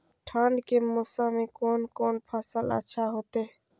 ठंड के मौसम में कोन कोन फसल अच्छा होते?